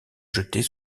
jeter